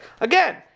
again